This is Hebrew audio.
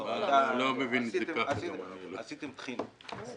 אתה עשית טחינה.